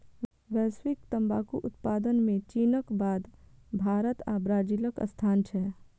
वैश्विक तंबाकू उत्पादन मे चीनक बाद भारत आ ब्राजीलक स्थान छै